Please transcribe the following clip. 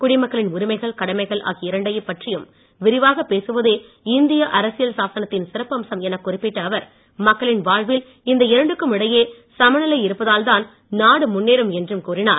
குடிமக்களின் உரிமைகள் கடமைகள் ஆகிய இரண்டைப் பற்றியும் விரிவாகப்பேசுவதே இந்திய அரசியல்சாசனத்தின் சிறப்பம்சம் எனக்குறிப்பிட்ட அவர் மக்களின் வாழ்வில் இந்த இரண்டுக்கும் இடையெ சமநிலை இருந்தால்தான் நாடு முன்னேறும் என்றும் கூறினார்